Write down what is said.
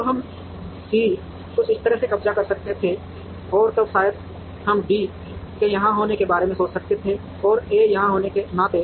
तो हम सी कुछ इस तरह से कब्जा कर सकते थे और तब शायद हम डी के यहां होने के बारे में सोच सकते थे और ए यहां होने के नाते